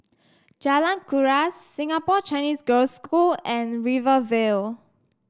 Jalan Kuras Singapore Chinese Girls' School and Rivervale